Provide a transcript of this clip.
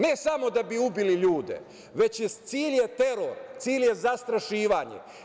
Ne samo da bi ubili ljude, već je cilj teror, cilj je zastrašivanje.